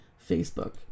Facebook